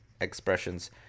expressions